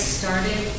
started